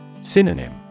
Synonym